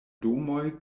domoj